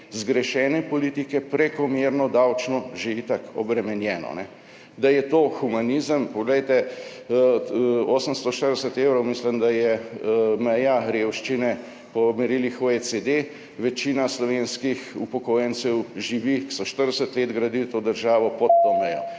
zgrešene politike prekomerno davčno že itak obremenjeno. Da je to humanizem? Poglejte, 840 evrov, mislim, je meja revščine po merilih OECD. Večina slovenskih upokojencev, ki so 40 let gradili to državo, živi pod to mejo,